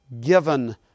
given